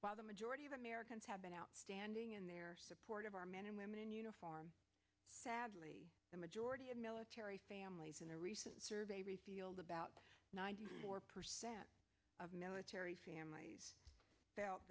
by the majority of americans have been outstanding in their support of our men and women in uniform sadly the majority of military families in a recent survey resealed about ninety four percent of military families felt